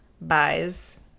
buys